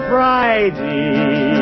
Friday